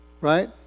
right